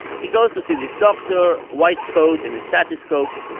he goes to see this doctor white coat and the stethoscope.